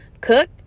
cook